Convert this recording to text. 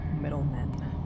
middlemen